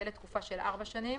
יהיה לתקופה של ארבע שנים,